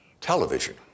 Television